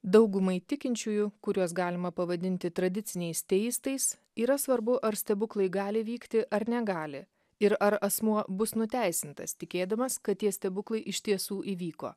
daugumai tikinčiųjų kuriuos galima pavadinti tradiciniais teistais yra svarbu ar stebuklai gali vykti ar negali ir ar asmuo bus nuteisintas tikėdamas kad tie stebuklai iš tiesų įvyko